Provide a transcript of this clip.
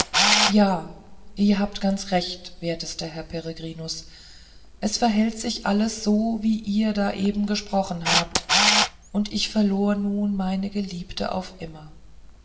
ja ihr habt ganz recht wertester herr peregrinus es verhält sich alles so wie ihr da eben gesprochen habt und ich verlor nun meine geliebte auf immer